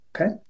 Okay